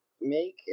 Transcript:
Make